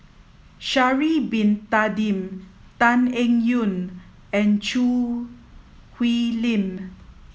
Sha'ari bin Tadin Tan Eng Yoon and Choo Hwee Lim